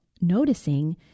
noticing